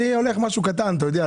אני הולך משהו קטן, אתה יודע.